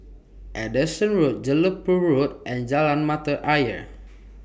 Anderson Road Jelebu Road and Jalan Mata Ayer